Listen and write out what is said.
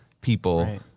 people